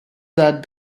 that